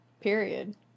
period